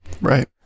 Right